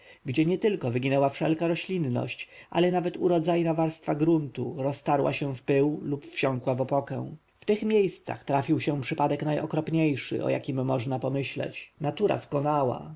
gdzie nietylko wyginęła wszelka roślinność ale nawet urodzajna warstwa gruntu roztarła się w pył lub wsiąkła w opokę w tych miejscach trafił się wypadek najokropniejszy o jakim można pomyśleć natura skonała